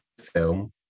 film